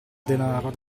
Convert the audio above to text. denaro